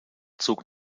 zug